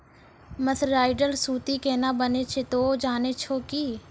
mercerised सूती केना बनै छै तोहों जाने छौ कि